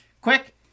quick